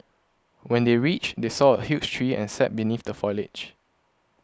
when they reached they saw a huge tree and sat beneath the foliage